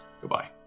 Goodbye